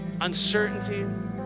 uncertainty